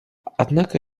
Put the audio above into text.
однако